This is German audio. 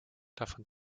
davon